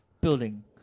building